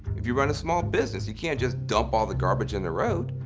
if you run a small business, you can't just dump ah the garbage in the road,